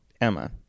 Emma